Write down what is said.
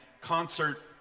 concert